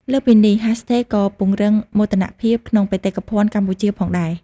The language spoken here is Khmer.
លើសពីនេះ ហាស់ថេកក៏ពង្រឹងមោទនភាពក្នុងបេតិកភណ្ឌកម្ពុជាផងដែរ។